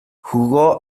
jugó